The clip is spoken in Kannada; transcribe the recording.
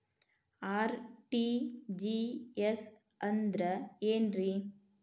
ಆರ್.ಟಿ.ಜಿ.ಎಸ್ ಅಂದ್ರ ಏನ್ರಿ?